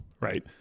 right